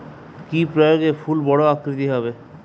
কি প্রয়োগে ফুল বড় আকৃতি হবে?